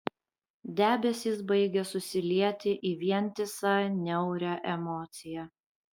debesys baigė susilieti į vientisą niaurią emociją